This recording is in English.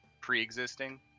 pre-existing